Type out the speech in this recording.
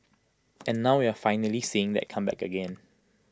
and now we're finally seeing that come back again